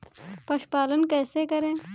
पशुपालन कैसे करें?